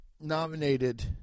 nominated